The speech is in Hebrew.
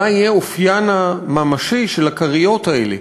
מה יהיה אופיין הממשי של הכריות האלה,